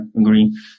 agree